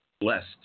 blessed